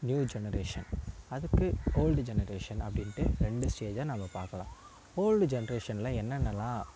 new generation அதுக்கு old generation அப்படின்ட்டு ரெண்டு ஸ்டேஜாக நம்ம பார்க்கலாம் ஓல்டு ஜென்ரேஷனில் என்னென்னலாம்